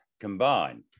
combine